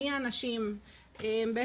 מי האנשים וכולי.